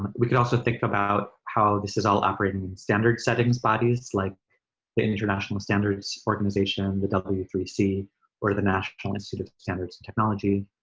we could also think about how this is all operating in standard settings bodies like the international standards organization, the w three c or the national institute kind of sort of standards and technology,